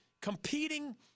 competing